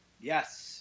Yes